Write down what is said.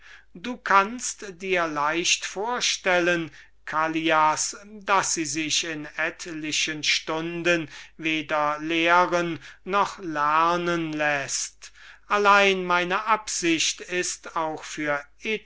du kannst dir leicht vorstellen callias daß sie sich in etlichen stunden weder lehren noch lernen läßt allein meine absicht ist auch für